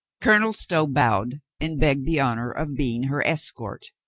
colonel stow bowed and begged the honor of being her escort.